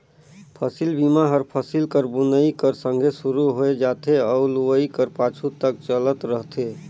फसिल बीमा हर फसिल कर बुनई कर संघे सुरू होए जाथे अउ लुवई कर पाछू तक चलत रहथे